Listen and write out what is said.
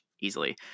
easily